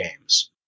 games